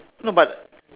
no but